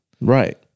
Right